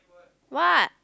what